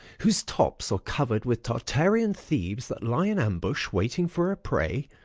whose tops are cover'd with tartarian thieves, that lie in ambush, waiting for a prey,